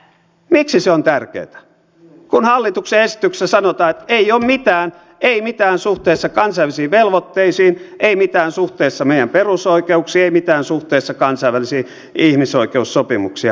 miksi se on tärkeätä kun hallituksen esityksessä sanotaan että ei ole mitään ei mitään suhteessa kansainvälisiin velvoitteisiin ei mitään suhteessa meidän perusoikeuksiin ei mitään suhteessa kansainvälisiin ihmisoikeussopimuksiin ja muuta